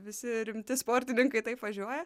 visi rimti sportininkai taip važiuoja